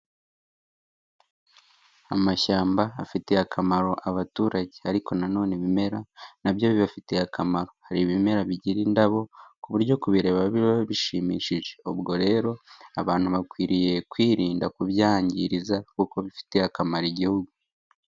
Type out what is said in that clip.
Amashyamba afitiye akamaro abaturage ariko nanone ibimera na byo bibafitiye akamaro, hari ibimera bigira indabo ku buryo kubireba biba bishimishije ubwo rero abantu bakwiriye kwirinda kubyangiriza kuko bifitiye akamaro Igihugu.